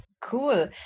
Cool